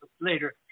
Later